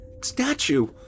statue